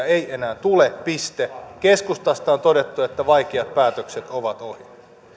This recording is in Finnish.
ei enää tule piste keskustasta on todettu että vaikeat päätökset ovat ohi